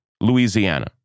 Louisiana